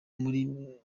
muri